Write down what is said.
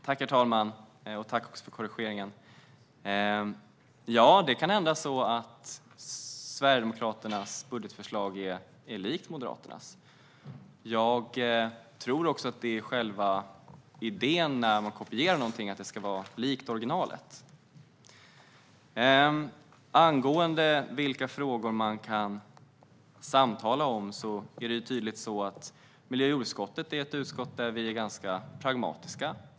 Herr talman! Ja, det kan bli så att Sverigedemokraternas budgetförslag är likt Moderaternas förslag. Det är nog själva idén när man kopierar någonting, att det ska vara likt originalet. Angående vilka frågor som man kan samtala om är det tydligt att vi i miljö och jordbruksutskottet är ganska pragmatiska.